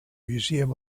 museum